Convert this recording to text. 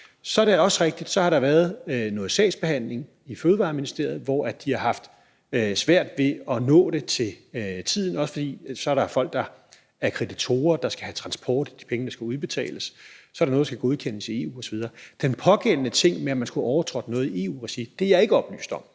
Det er også rigtigt, at der har været noget sagsbehandling i Fødevareministeriet, hvor de har haft svært ved at nå det til tiden, også fordi der er kreditorer, der skal have transport i de penge, der skal udbetales, og så er der noget, der skal godkendes i EU osv. Det pågældende udsagn om, at man skulle have overtrådt noget i EU-regi, er ikke noget,